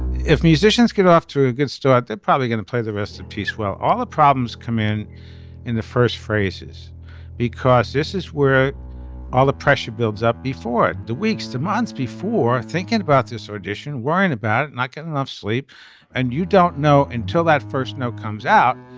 if musicians get off to a good start they're probably going to play the rest of peace. well all the problems come in in the first phrases because this is where all the pressure builds up before the weeks to months before thinking about this audition worrying about not getting enough sleep and you don't know until that first note comes out.